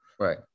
Right